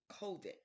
COVID